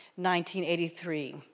1983